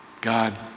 God